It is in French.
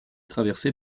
traversée